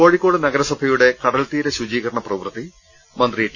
കോഴിക്കോട് നഗരസഭയുടെ കടൽതീര ശുചീകരണ പ്രവൃത്തി മന്ത്രി ടി